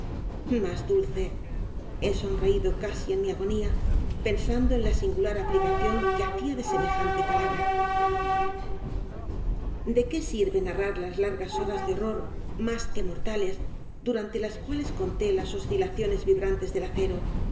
más dulce he sonreído casi en mi agonía pensando en la singular aplicación que hacía de semejante palabra de qué sirve narrar las largas horas de horror más que mortales durante las cuales conté las oscilaciones vibrantes del acero